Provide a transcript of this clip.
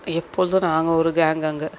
எப்பொழுதும் நாங்கள் ஒரு கேங்கு அங்கே